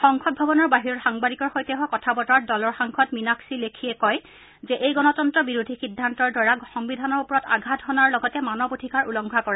সংসদ ভৱনৰ বাহিৰত সাংবাদিকৰ সৈতে হোৱা কথা বতৰাত দলৰ সাংসদ মীনাক্ষী লেখীয়ে কয় যে এই গণতন্ত্ৰ বিৰোধী সিদ্ধান্তৰ দ্বাৰা সংবিধানৰ ওপৰত আঘাত হনাৰ লগতে মানৱ অধিকাৰ উলংঘা কৰা হৈছে